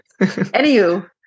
Anywho